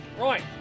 right